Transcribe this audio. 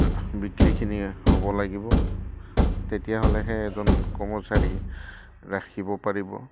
বিক্ৰীখিনিয়ে হ'ব লাগিব তেতিয়াহ'লেহে এজন কৰ্মচাৰী ৰাখিব পাৰিব